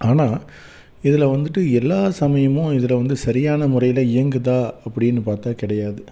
ஆனால் இதில் வந்துவிட்டு எல்லா சமயமும் இதில் வந்து சரியான முறையில் இயங்குதா அப்படின்னு பார்த்தா கிடையாது